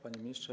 Panie Ministrze!